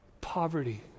poverty